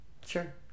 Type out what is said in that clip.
sure